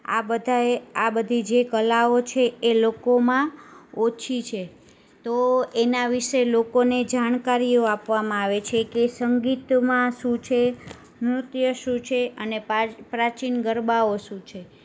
આ બધાય આ બધી જે કલાઓ છે એ લોકોમાં ઓછી છે તો એના વિશે લોકોને જાણકારીઓ આપવામાં આવે છે કે સંગીતમાં શું છે નૃત્ય શું છે અને પ્રાચીન ગરબાઓ શું છે